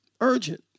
Urgent